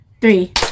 three